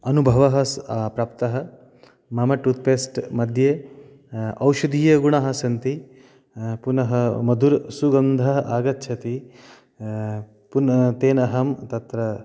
अनुभवः स् प्राप्तः मम टूथ्पेस्ट् मध्ये औषधीयगुणाः सन्ति पुनः मधुरसुगन्धः आगच्छति पुन तेनाहं तत्र